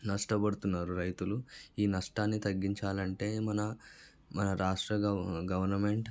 నష్టపడుతున్నారు రైతులు ఈ నష్టాన్ని తగ్గించాలంటే మన మన రాష్ట్ర గవ గవర్నమెంట్